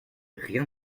rien